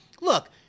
Look